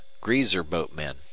greaser-boatmen